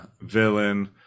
villain